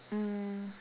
mm